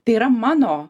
tai yra mano